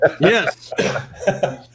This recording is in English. Yes